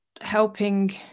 helping